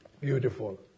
Beautiful